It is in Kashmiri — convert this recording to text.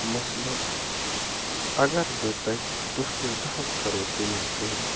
مثلاً اگر بہٕ تۄہہِ دۄہکِس دۄہَس کَرَو تٔمِکۍ تعریٖف